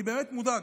אני באמת מודאג.